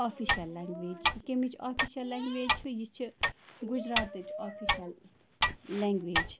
official language یہِ کَمِچ official language چھُ یہِ چھِ گُجراتٕچ آفِشَل لینٛگویج